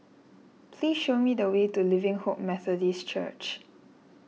please show me the way to Living Hope Methodist Church